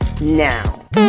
now